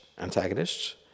antagonists